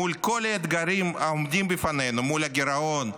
מול כל האתגרים העומדים בפנינו: מול הגירעון,